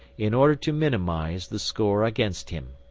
in order to minimise the score against him.